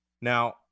now